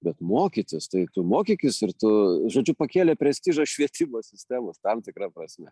bet mokytis tai tu mokykis ir tu žodžiu pakėlė prestižą švietimo sistemos tam tikra prasme